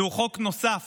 זהו חוק נוסף